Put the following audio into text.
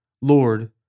Lord